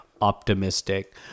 optimistic